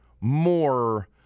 more